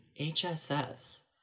HSS